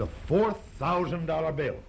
the four thousand dollar bill